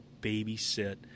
babysit